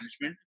management